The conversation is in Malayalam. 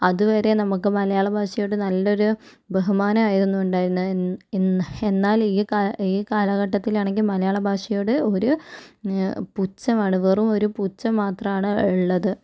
അതുവരെ നമുക്ക് മലയാള ഭാഷയോട് നല്ലൊരു ബഹുമാനമായിരുന്നു ഉണ്ടായിരുന്നത് എ ഇൻ എന്നാൽ ഈ കാല ഈ കാലഘട്ടത്തിലാണെങ്കിൽ മലയാള ഭാഷയോട് ഒരു പുച്ഛമാണ് വെറുമൊരു പുച്ഛം മാത്രാണ് ഉള്ളത്